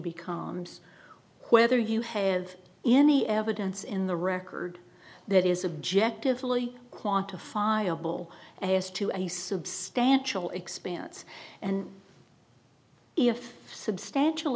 becomes whether you have any evidence in the record that is objective fully quantifiable as to any substantial expanse and if substantial